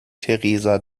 theresa